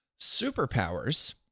superpowers